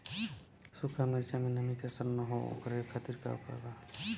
सूखा मिर्चा में नमी के असर न हो ओकरे खातीर का उपाय बा?